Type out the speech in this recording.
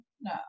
No